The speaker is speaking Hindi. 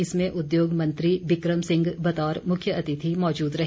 इसमें उद्योग मंत्री बिक्रम सिंह बतौर मुख्य अतिथि मौजूद रहे